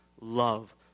love